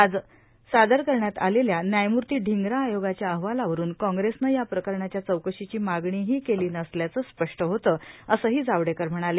आज सादर करण्यात आलेल्या व्यायमूर्ती ढिंगरा आयोगाच्या अहवालावरून काँग्रेसनं या प्रकरणाध्या चौकशीची मागणीठी केली नसल्याचं स्पष्ट होतं असंही जावडेकर म्हणाले